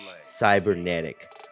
cybernetic